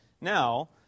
Now